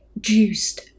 juiced